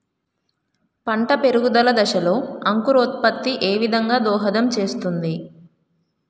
పంట పెరుగుదల దశలో అంకురోత్ఫత్తి ఏ విధంగా దోహదం చేస్తుంది?